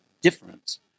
difference